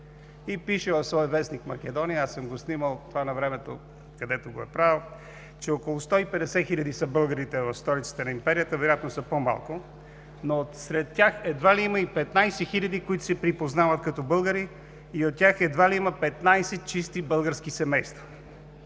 И пише в своя вестник „Македония“, аз съм го снимал това навремето, където го е правил, че около 150 хиляди са българите в столицата на Империята. Вероятно са по-малко, но сред тях едва ли има и 15 хиляди, които се припознават като българи и от тях едва ли има 15 чисти български семейства.